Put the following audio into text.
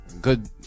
good